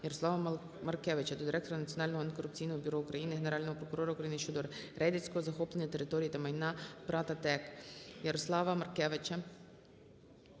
Ярослава Маркевича до директора Національного антикорупційного бюро України, Генерального прокурора України щодо рейдерського захоплення територій та майна ПрАТ